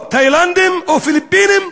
או תאילנדים, או פיליפינים,